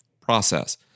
process